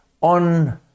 on